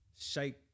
shake